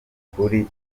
kuri